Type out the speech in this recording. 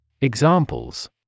Examples